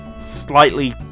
slightly